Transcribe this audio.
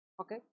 okay